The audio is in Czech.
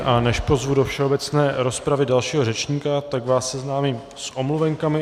A než pozvu do všeobecné rozpravy dalšího řečníka, tak vás seznámím s omluvenkami.